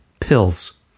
pills